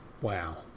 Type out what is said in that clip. Wow